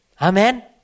Amen